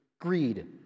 greed